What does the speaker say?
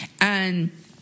And-